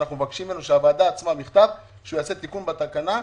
שאנחנו מבקשים ממנו שיעשה תיקון בתקנה,